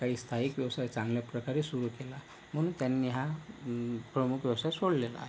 काही स्थायिक व्यवसाय चांगल्या प्रकारे सुरू केला म्हणून त्यांनी हा प्रमुख व्यवसाय सोडलेला आहे